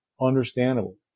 understandable